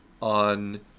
on